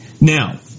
Now